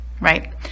right